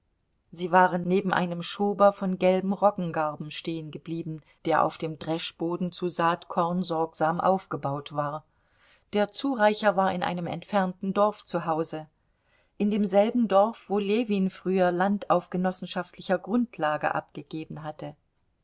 sie waren neben einem schober von gelben roggengarben stehengeblieben der auf dem dreschboden zu saatkorn sorgsam aufgebaut war der zureicher war in einem entfernten dorf zu hause in demselben dorf wo ljewin früher land auf genossenschaftlicher grundlage abgegeben hatte